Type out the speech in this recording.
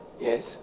yes